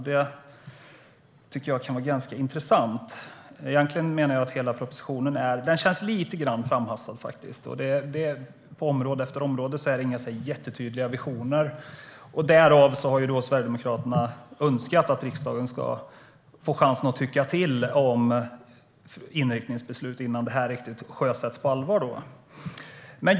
Det tycker jag kan vara ganska intressant. Egentligen menar jag att hela propositionen känns lite grann framhastad. På område efter område är det inte några jättetydliga visioner. Därför har Sverigedemokraterna önskat att riksdagen ska få chansen att tycka till om inriktningsbeslutet innan det sjösätts på allvar.